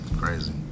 Crazy